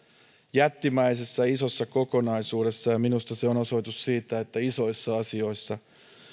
jättimäisessä isossa kokonaisuudessa ja minusta se on osoitus siitä että isoissa asioissa